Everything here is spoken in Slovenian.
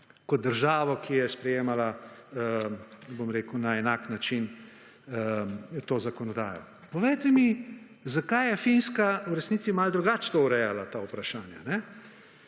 kot državo, ki je sprejemala na enak način to zakonodajo. Povejte mi, zakaj je Finska v resnici malce drugače urejala ta vprašanja.